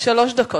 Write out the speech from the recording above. שלוש דקות.